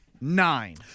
nine